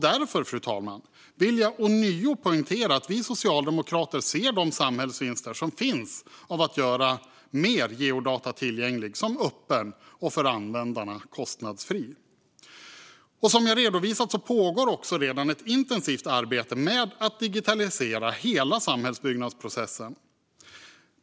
Därför, fru talman, vill jag ånyo poängtera att vi socialdemokrater ser de samhällsvinster som finns i att göra mer geodata tillgängliga som öppna och för användaren kostnadsfria. Som jag redovisat pågår också redan ett intensivt arbete med att digitalisera hela samhällsbyggnadsprocessen.